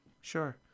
Sure